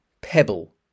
pebble